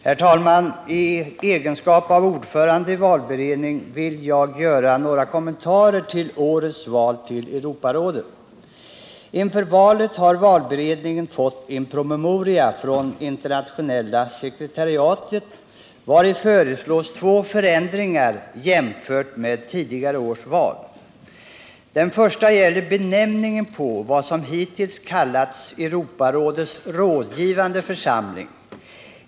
Herr talman! I egenskap av ordförande i valberedningen vill jag göra några kommentarer till årets val till Europarådet. Inför valet har valberedningen fått en promemoria från internationella sekretariatet vari föreslås två förändringar jämfört med tidigare års val. Den första gäller benämningen på vad som hittills kallats Europarådets rådgivande församling.